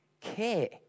Care